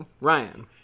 Ryan